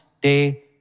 day